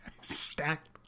stacked